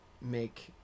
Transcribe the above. make